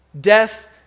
death